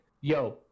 Yo